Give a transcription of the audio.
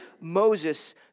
Moses